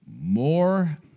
more